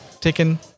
taken